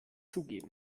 zugeben